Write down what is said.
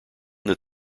that